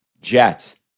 Jets